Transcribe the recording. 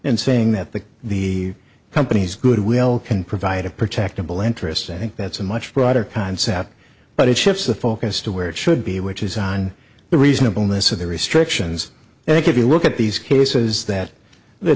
and saying that the the company's goodwill can provide a protective bill interest i think that's a much broader concept but it shifts the focus to where it should be which is on the reasonableness of the restrictions and if you look at these cases that the